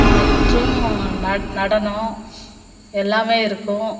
மற்றும் ந நடனம் எல்லாமே இருக்கும்